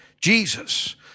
Jesus